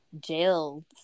jail